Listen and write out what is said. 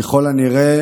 וככל הנראה